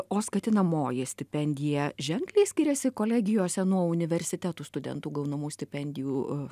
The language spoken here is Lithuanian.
o skatinamoji stipendija ženkliai skiriasi kolegijose nuo universitetų studentų gaunamų stipendijų